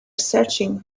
searching